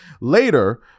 Later